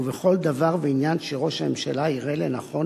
ובכל דבר ועניין שראש הממשלה יראה לנכון